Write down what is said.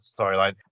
storyline